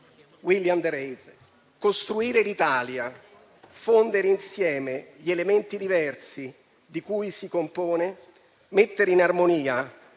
svizzero: «Costituire l'Italia, fondere insieme gli elementi diversi di cui si compone, mettere in armonia